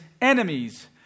enemies